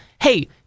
hey